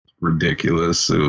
Ridiculous